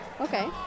Okay